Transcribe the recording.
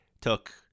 took